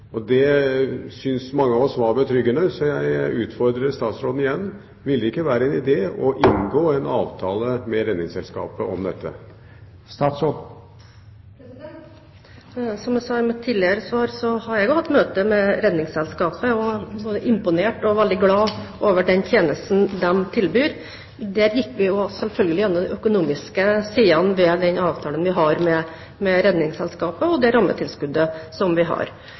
Det syns mange av oss var betryggende, så jeg utfordrer statsråden igjen: Ville det ikke være en idé å inngå en avtale med Redningsselskapet om dette? Som jeg sa i mitt tidligere svar, har også jeg hatt møte med Redningsselskapet, og jeg er imponert over og veldig glad for den tjenesten de tilbyr. På det møtet gikk vi selvfølgelig også igjennom de økonomiske sidene ved den avtalen vi har med Redningsselskapet, og rammetilskuddet. I 2010 er det